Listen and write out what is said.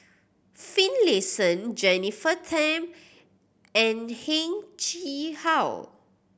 Finlayson Jennifer Tham and Heng Chee How